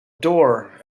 door